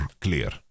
clear